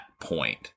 point